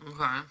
Okay